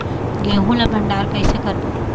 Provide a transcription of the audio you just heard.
गेहूं ला भंडार कई से करबो?